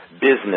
business